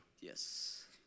Yes